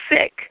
sick